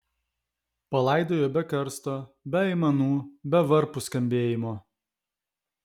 palaidojo be karsto be aimanų be varpų skambėjimo